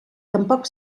tampoc